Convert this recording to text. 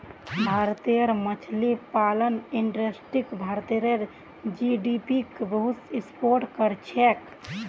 भारतेर मछली पालन इंडस्ट्री भारतेर जीडीपीक बहुत सपोर्ट करछेक